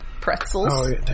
pretzels